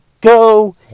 go